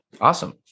Awesome